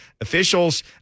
officials